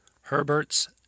Herbert's